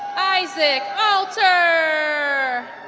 isaac alter